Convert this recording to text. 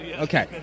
Okay